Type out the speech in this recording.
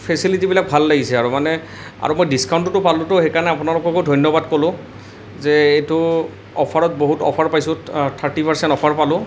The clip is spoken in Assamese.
ফেছেলিটীবিলাক ভাল লাগিছে আৰু মানে আৰু মই ডিচকাউণ্টটো পালোটো সেইকাৰণে আপনালোককো ধন্য়বাদ ক'লোঁ যে এইটো অফাৰত বহুত অফাৰ পাইছোঁ থাৰ্টী পাৰ্চেণ্ট অফাৰ পালোঁ